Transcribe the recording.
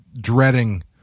dreading